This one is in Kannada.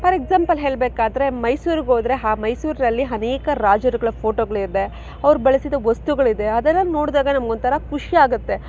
ಫಾರ್ ಎಕ್ಸಾಮ್ಪಲ್ ಹೇಳಬೇಕಾದ್ರೆ ಮೈಸೂರಿಗೋದ್ರೆ ಆ ಮೈಸೂರಿನಲ್ಲಿ ಅನೇಕ ರಾಜರುಗಳ ಫೋಟೋಗಳು ಇದೆ ಅವ್ರು ಬಳಸಿದ ವಸ್ತುಗಳು ಇದೆ ಅದರನ್ನ ನೋಡಿದಾಗ ನಮಗೊಂಥರ ಖುಷಿ ಆಗತ್ತೆ